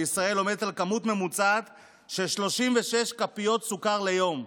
עומדת על כמות ממוצעת של 36 כפיות סוכר ליום.